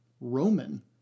Roman